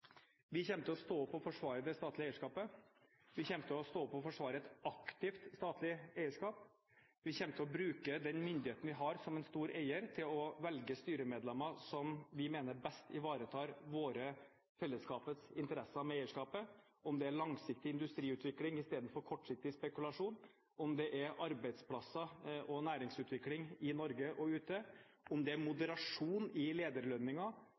vi kommer til å stå opp og forsvare det statlige eierskapet, vi kommer til å stå opp og forsvare et aktivt statlig eierskap, vi kommer til å bruke den innflytelsen vi har som en stor eier til å velge styremedlemmer som vi mener best ivaretar våre, fellesskapets, interesser med eierskapet – uansett om det er langsiktig industriutvikling i stedet for kortsiktig spekulasjon, om det er arbeidsplasser og næringsutvikling i Norge og ute, om det er moderasjon i